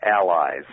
allies